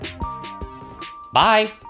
Bye